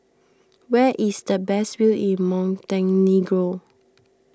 where is the best view in Montenegro